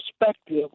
perspective